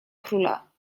króla